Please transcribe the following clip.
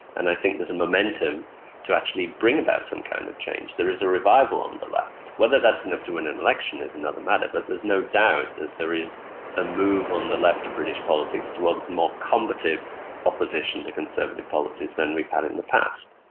and i think there is a momentum to actually bring about some kind of change. there is a revival on the left. whether that's enough to win an election is another matter, but there's no doubt that there is a move on the left of british politics towards more combative opposition to conservative policies than we've had in the past.